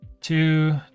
Two